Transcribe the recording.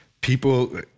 people